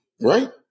Right